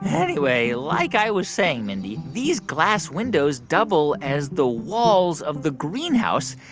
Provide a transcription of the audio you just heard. anyway, like i was saying, mindy, these glass windows double as the walls of the greenhouse,